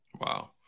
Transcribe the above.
Wow